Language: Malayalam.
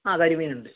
ആ കരിമീൻ ഉണ്ട്